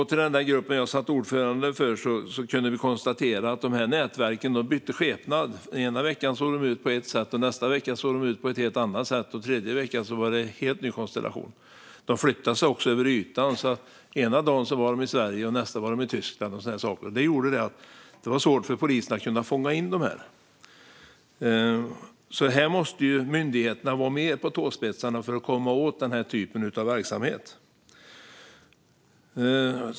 I den grupp jag satt ordförande för kunde vi konstatera att de här nätverken bytte skepnad. Ena veckan såg de ut på ett sätt, nästa vecka på ett helt annat, och tredje veckan var det en helt ny konstellation. De flyttade sig också över stora ytor - ena dagen var de i Sverige och nästa i Tyskland. Det gjorde att det var svårt för polisen att fånga in dem. Myndigheterna måste vara mer på tåspetsarna för att komma åt den här typen av verksamhet.